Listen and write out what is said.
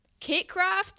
Kitcraft